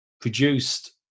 produced